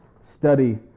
study